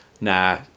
nah